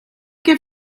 què